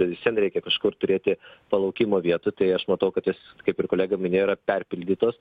bet visvien reikia kažkur turėti palaukimo vietų tai aš matau kad jos kaip ir kolega minėjo yra perpildytos